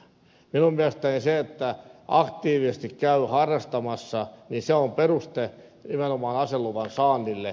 minun mielestäni se että aktiivisesti käy harrastamassa on peruste nimenomaan aseluvan saannille